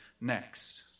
next